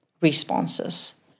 responses